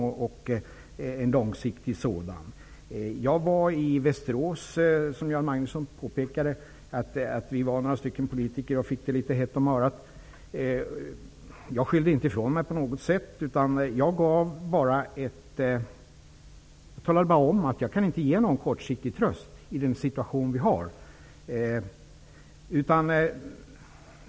Som Göran Magnusson påpekade var vi några politiker som besökte Västerås och fick det litet hett om öronen. Jag skyllde inte ifrån mig på något sätt. Jag talade bara om att jag inte kan ge någon kortsiktig tröst i den situation som vi befinner oss i.